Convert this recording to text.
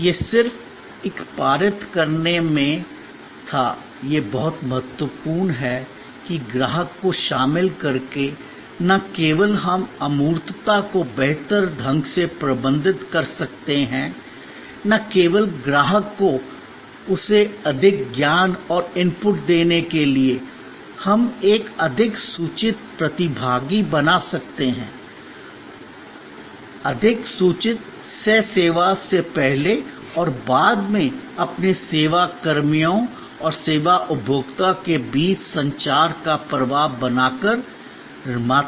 यह सिर्फ एक पारित करने में था यह बहुत महत्वपूर्ण है कि ग्राहक को शामिल करके न केवल हम अमूर्तता को बेहतर ढंग से प्रबंधित कर सकते हैं न केवल ग्राहक को उसे अधिक ज्ञान और इनपुट देने के लिए हम एक अधिक सूचित प्रतिभागी बना सकते हैं अधिक सूचित सह सेवा से पहले और बाद में अपने सेवा कर्मियों और सेवा उपभोक्ता के बीच संचार का प्रवाह बनाकर निर्माता